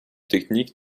techniques